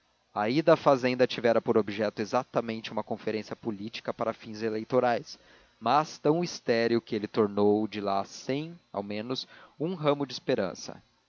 a ida à fazenda tivera por objeto exatamente uma conferência política para fins eleitorais mas tão estéril que ele tornou de lá sem ao menos um ramo de esperança